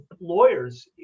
lawyers